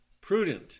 Prudent